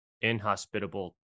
inhospitable